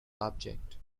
object